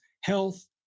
health